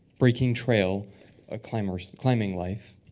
breaking trail a climbing climbing life.